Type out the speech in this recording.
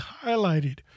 highlighted